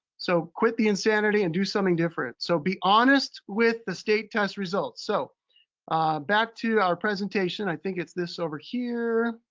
so quit the insanity and do something different. so be honest with the state test results. so back to our presentation. i think it's this over here.